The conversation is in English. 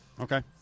Okay